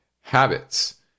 habits